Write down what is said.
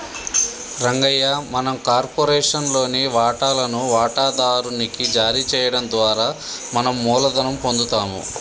రంగయ్య మనం కార్పొరేషన్ లోని వాటాలను వాటాదారు నికి జారీ చేయడం ద్వారా మనం మూలధనం పొందుతాము